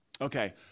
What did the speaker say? Okay